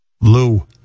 Lou